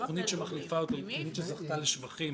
התוכנית שמחליפה אותו היא תוכנית שזכתה לשבחים